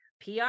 PR